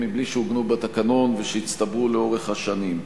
מבלי שעוגנו בתקנון ושהצטברו לאורך השנים.